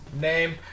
Name